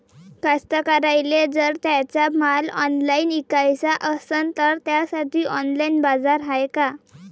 कास्तकाराइले जर त्यांचा माल ऑनलाइन इकाचा असन तर त्यासाठी ऑनलाइन बाजार हाय का?